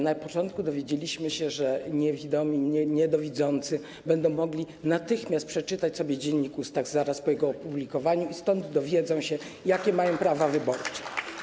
Na początku dowiedzieliśmy się, że niewidomi i niedowidzący będą mogli natychmiast przeczytać sobie Dziennik Ustaw zaraz po jego opublikowaniu i stąd dowiedzą się, jakie mają prawa wyborcze.